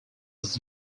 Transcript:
was